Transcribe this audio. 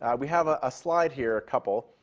and we have ah a slide here, a couple,